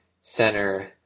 Center